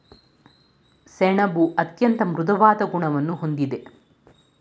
ಸೆಣಬು ಅತ್ಯಂತ ಮೃದುವಾದ ಗುಣವನ್ನು ಹೊಂದಿದೆ